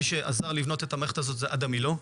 מי שעזר לבנות את המערכת הזאת זה "אדם מילא",